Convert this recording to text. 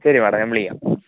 ശരി മേഡം ഞാൻ വിളിക്കാം